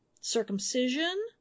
circumcision